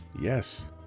Yes